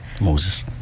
Moses